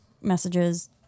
messages